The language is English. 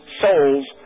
souls